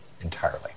entirely